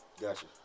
Gotcha